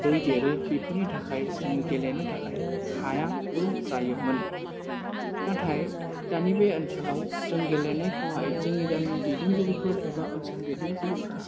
दै देरो बेफोरनि थाखाय जोङो गेलेनो हायाबो जायोमोन नाथाय दानि बे ओनसोलाव जों गेलेनाय खौहाय जोंनि गामिनि दैदेनगिरिफोर एबा ओनसोल दैदेनगिरिफोरा